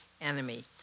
enemy